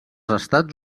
estats